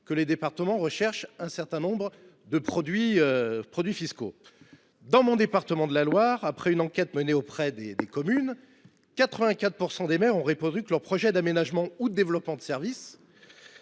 que les départements recherchent un certain nombre de produits fiscaux. Dans la Loire, département dont je suis élu, lors d’une enquête menée auprès des communes, 84 % des maires ont répondu que leurs projets d’aménagement ou de développement de services